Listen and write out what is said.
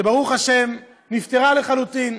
שברוך השם, נפתרה לחלוטין.